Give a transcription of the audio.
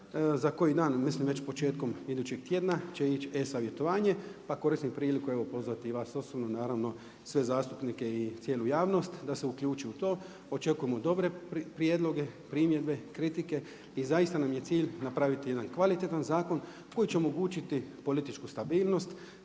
Za koji dan, mislim već početkom idućeg tjedna će ići e-savjetovanje, pa koristim priliku evo pozvati i vas osobno naravno, sve zastupnike i cijelu javnost da se uključi u to, očekujemo dobre prijedloge, primjedbe, kritike i zaista nam je cilj napraviti jedan kvalitetan zakon koji će omogućiti političku stabilnost,